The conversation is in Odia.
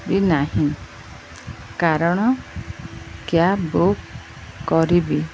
ବି ନାହିଁ କାରଣ କ୍ୟାବ୍ ବୁକ୍ କରିବି